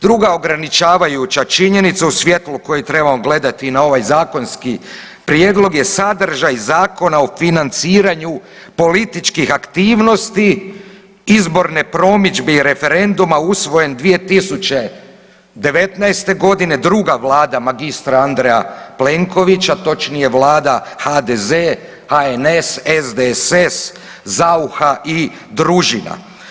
Druga ograničavajuća činjenica u svjetlu koji trebamo gledati i na ovaj zakonski prijedlog je sadržaj Zakona o financiranju političkih aktivnosti, izborne promidžbe i referenduma usvojen 2019. godine, druga Vlada magistra Andreja Plenkovića, točnija Vlada HDZ, HNS, SDSS, Saucha i družina.